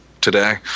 today